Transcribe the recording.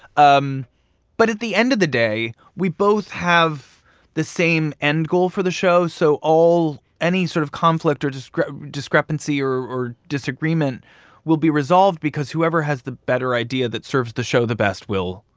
um but at the end of the day, we both have the same end goal for the show. so all any sort of conflict or discrepancy discrepancy or or disagreement will be resolved because whoever has the better idea that serves the show the best will,